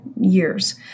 years